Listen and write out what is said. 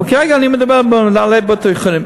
אבל כרגע אני מדבר על מנהלי בתי-חולים.